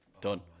done